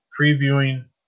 previewing